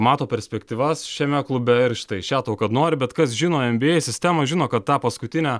mato perspektyvas šiame klube ir štai še tau kad nori bet kas žino en bi ei sistemą žino kad tą paskutinę